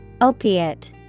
Opiate